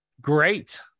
great